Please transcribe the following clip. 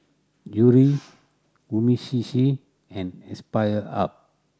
Yuri Umisushi and Aspire Hub